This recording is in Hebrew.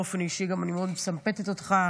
באופן אישי גם אני מאוד מסמפטת אותך,